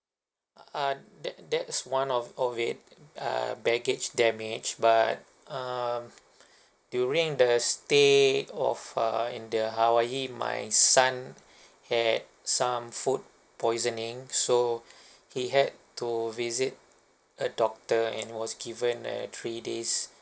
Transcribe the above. uh that that's one of of it uh baggage damage but um during the stay of uh in the hawaii my son had some food poisoning so he had to visit a doctor and was given a three days